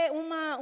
uma